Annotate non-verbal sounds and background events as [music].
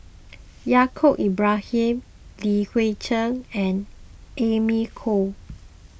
[noise] Yaacob Ibrahim Li Hui Cheng and Amy Khor